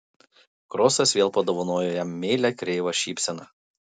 krosas vėl padovanojo jam meilią kreivą šypseną